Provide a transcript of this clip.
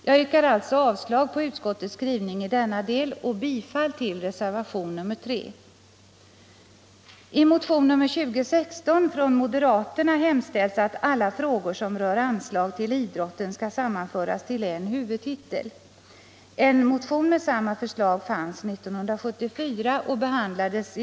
Jag yrkar alltså avslag på utskottets skrivning i denna del och bifall till reservationen 3.